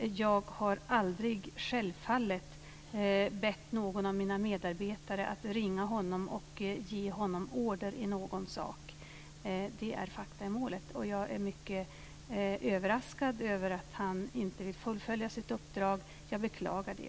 Jag har självfallet aldrig bett någon av mina medarbetare att ringa honom och ge honom order i någon sak. Det är fakta i målet. Jag är mycket överraskad över att han inte vill fullfölja sitt uppdrag. Jag beklagar det.